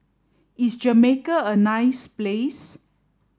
is Jamaica a nice place